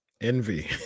Envy